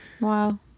wow